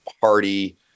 party